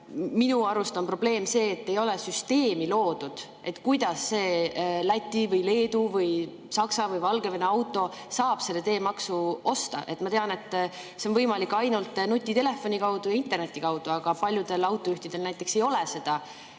minu arust probleem see, et ei ole loodud süsteemi, kuidas see Läti või Leedu või Saksa või Valgevene auto saab seda teemaksu [maksta]. Ma tean, et see on võimalik ainult nutitelefoniga ja interneti kaudu, aga paljudel autojuhtidel näiteks ei ole seda